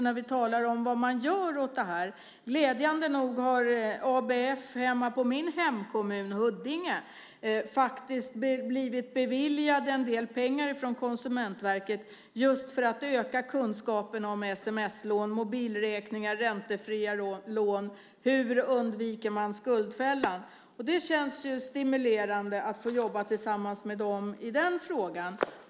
När vi talar om vad man gör åt detta måste jag säga att ABF i min hemkommun Huddinge glädjande nog faktiskt har blivit beviljade en del pengar från Konsumentverket just för att öka kunskaperna om sms-lån, om mobilräkningar, om räntefria lån och hur man undviker skuldfällan. Det känns stimulerande att få jobba tillsammans med dem i den frågan.